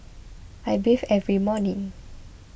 I bathe every morning